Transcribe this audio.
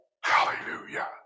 Hallelujah